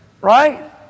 Right